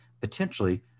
potentially